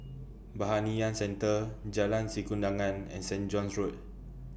Centre Jalan Sikudangan and Saint John's Road